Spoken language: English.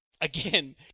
Again